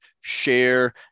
share